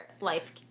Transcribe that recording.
Life